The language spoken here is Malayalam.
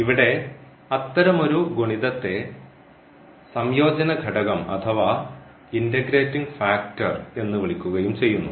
ഇവിടെ അത്തരമൊരു ഗുണിതത്തെ സംയോജന ഘടകം അഥവാ ഇൻറഗ്രേറ്റിംഗ് ഫാക്ടർ എന്ന് വിളിക്കുകയും ചെയ്യുന്നു